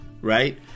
right